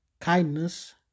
kindness